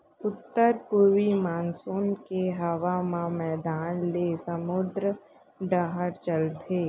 उत्तर पूरवी मानसून के हवा ह मैदान ले समुंद डहर चलथे